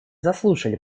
заслушали